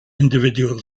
individual